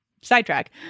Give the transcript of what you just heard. sidetrack